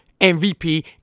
MVP